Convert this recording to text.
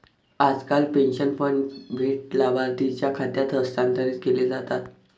आजकाल pension fund थेट लाभार्थीच्या खात्यात हस्तांतरित केले जातात